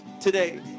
today